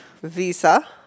Visa